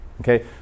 Okay